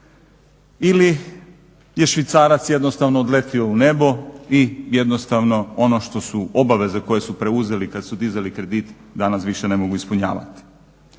ili je švicarac jednostavno odletio u nebo i jednostavno ono što su obaveze koje su preuzeli kad su dizali kredit danas više ne mogu ispunjavati.